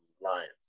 Lions